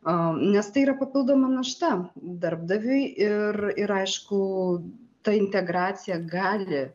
a nes tai yra papildoma našta darbdaviui ir ir aišku ta integracija gali